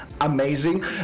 amazing